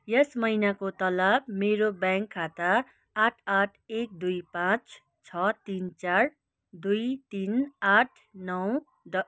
यस महिनाको तलब मेरो ब्याङ्क खाता आठ आठ एक दुई पाँच छ तिन चार दुई तिन आठ नौ ड